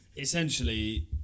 Essentially